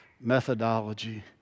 Methodology